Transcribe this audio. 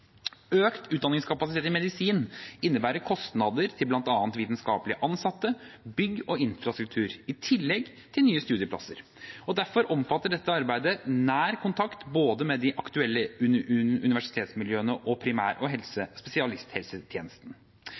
Økt utdanningskapasitet i medisin innebærer kostnader til bl.a. vitenskapelig ansatte, bygg og infrastruktur, i tillegg til nye studieplasser. Derfor omfatter dette arbeidet nær kontakt både med de aktuelle universitetsmiljøene og med primær- og spesialisthelsetjenesten.